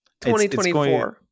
2024